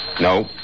No